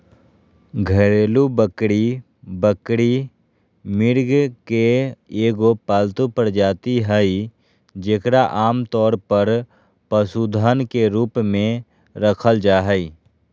घरेलू बकरी बकरी, मृग के एगो पालतू प्रजाति हइ जेकरा आमतौर पर पशुधन के रूप में रखल जा हइ